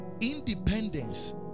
independence